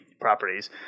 properties